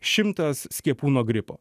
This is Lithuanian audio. šimtas skiepų nuo gripo